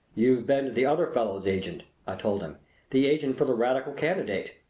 you've been to the other fellow's agent, i told him the agent for the radical candidate.